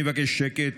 אני מבקש שקט,